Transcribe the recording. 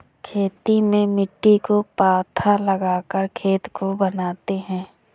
खेती में मिट्टी को पाथा लगाकर खेत को बनाते हैं?